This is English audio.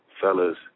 Fellas